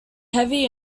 heavy